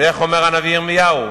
איך אומר הנביא ירמיהו?